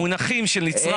המונחים של נצרך.